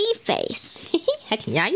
face